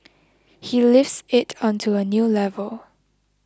he lifts it onto a new level